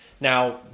Now